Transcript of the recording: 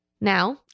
Now